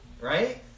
right